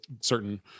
certain